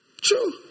True